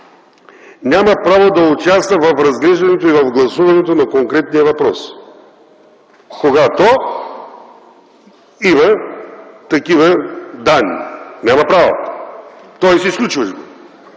няма право да участва в разглеждането и в гласуването на конкретния въпрос, когато има такива данни. Няма право! Той се изключва от